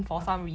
ah